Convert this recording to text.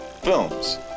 films